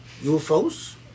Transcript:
UFOs